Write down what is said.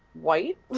white